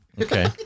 Okay